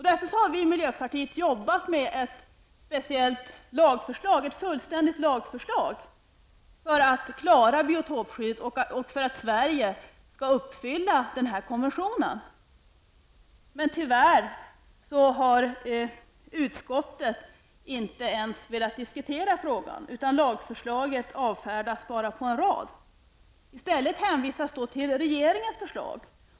Vi i miljöpartiet har därför arbetat fram ett speciellt lagförslag, ett fullständigt lagförslag, för att klara biotopskyddet så att Sverige skall uppfylla åtagandena enligt konventionen. Men tyvärr har utskottet inte ens velat diskutera frågan, utan lagförslaget avfärdas med bara en rad. I stället hänvisar utskottet till regeringens förslag.